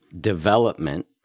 development